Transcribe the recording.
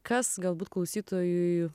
kas galbūt klausytojui